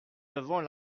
devons